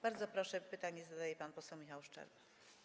Bardzo proszę, pytanie zadaje pan poseł Michał Szczerba.